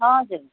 हजुर